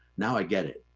now i get it.